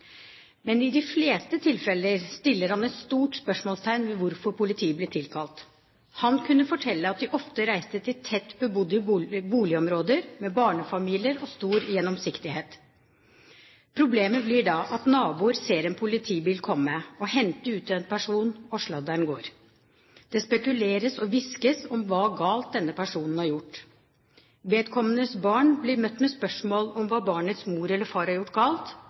Men i de fleste tilfeller stiller han et stort spørsmål ved hvorfor politi blir tilkalt. Han kunne fortelle at de ofte reiste til tett bebodde boligområder med barnefamilier og stor gjennomsiktighet. Problemet blir da at naboer ser en politibil komme og hente ut en person, og sladderen går. Det spekuleres og hviskes om hva galt denne personen har gjort. Vedkommendes barn blir møtt med spørsmål om hva barnets mor eller far har gjort galt,